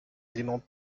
éléments